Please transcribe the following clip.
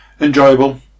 Enjoyable